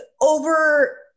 over